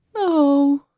oh!